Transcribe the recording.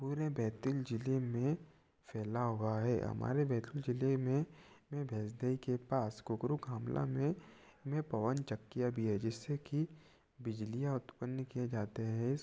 पूरे बैतूल ज़िले में फैली हुई है हमारे बैतूल ज़िले में में भेजदै के पास कुकुरुक हमला में में पवन चकिया भी है जिससे कि बिजली उत्पन्न किया जाते हैस